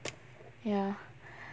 ya